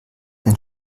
den